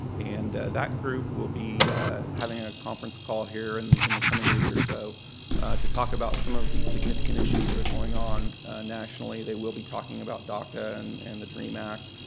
and that group will be having a conference call here and in the coming week or so to talk about some of the significant issues that are going on nationally. they will be talking about daca and and the dream act,